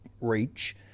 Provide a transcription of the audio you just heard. reach